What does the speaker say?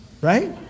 right